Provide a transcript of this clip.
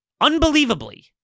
unbelievably